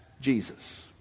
Jesus